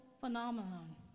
phenomenon